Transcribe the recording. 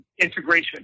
integration